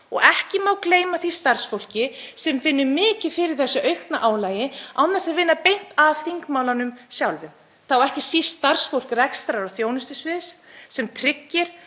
Og ekki má gleyma því starfsfólki sem finnur mikið fyrir þessu aukna álagi án þess að vinna beint að þingmálunum sjálfum, þá ekki síst starfsfólk rekstrar- og þjónustusviðs sem tryggir